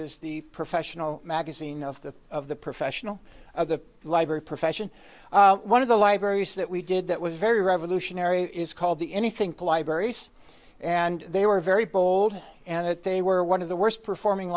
is the professional magazine of the of the professional of the library profession one of the libraries that we did that was very revolutionary is called the anything berries and they were very bold and it they were one of the worst performing